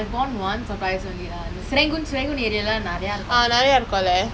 I won one surprise only lah serangoon serangoon area லாம் நிறைய இருக்கும்:lam nireiyya irukkum